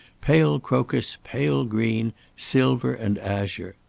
pale crocus, pale green, silver and azure.